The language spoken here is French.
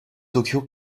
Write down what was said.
tokyo